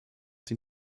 den